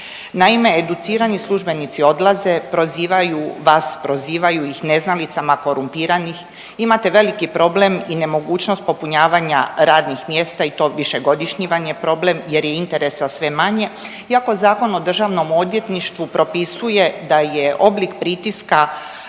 Naime, educirani službeni odlaze prozivaju, vas prozivaju ih neznalicama korumpiranih, imate veliki problem i nemogućnost popunjavanja radnih mjesta i to višegodišnji vam je problem jer je interesa sve manje. Iako Zakon o državnom odvjetništvu propisuje da je oblik pritiska